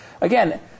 Again